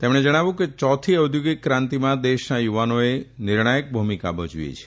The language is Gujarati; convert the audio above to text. તેમણે જણાવ્યું કે ચોથી ઔદ્યોગિક ક્રાંતિમાં દેશના યુવાઓએ નિર્ણાયક ભૂમિકા ભજવશે